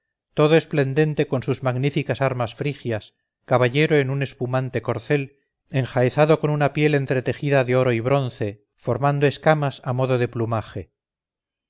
todo esplendente con sus magníficas armas frigias caballero en un espumante corcel enjaezado con una piel entretejida de oro y bronce formando escamas a modo de plumaje